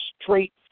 straight